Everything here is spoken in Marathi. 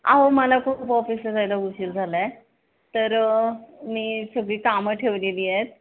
अहो मला खूप ऑफिस जायला उशीर झाला आहे तर मी सगळी कामं ठेवलेली आहेत